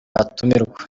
abatumirwa